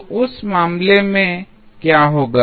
तो उस मामले में क्या होगा